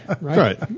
right